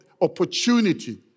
opportunity